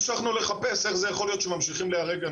המשכנו לחפש איך זה יכול להיות שממשיכים להרג,